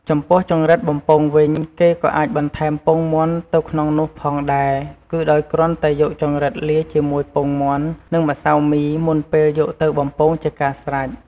ចំពោះចង្រិតបំពងវិញ គេក៏អាចបន្ថែមពងមាន់ទៅក្នុងនោះផងដែរ គឺដោយគ្រាន់តែយកចង្រិតលាយជាមួយពងមាន់ និងម្សៅមីមុនពេលយកទៅបំពងជាការស្រេច។